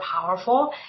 powerful